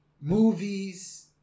movies